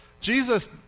Jesus